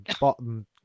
bottom